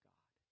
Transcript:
God